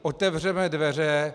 Otevřeme dveře.